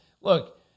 Look